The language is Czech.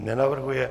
Nenavrhuje.